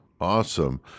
awesome